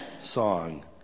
song